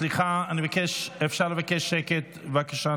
סליחה, אפשר לבקש שקט, בבקשה?